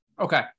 okay